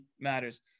matters